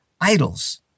idols